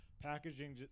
Packaging